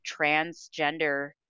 transgender